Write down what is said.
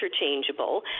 interchangeable